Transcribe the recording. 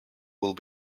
will